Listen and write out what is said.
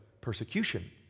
persecution